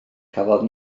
cafodd